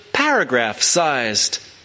paragraph-sized